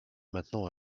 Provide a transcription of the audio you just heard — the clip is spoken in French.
maintenant